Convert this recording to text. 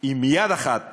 אם יד אחת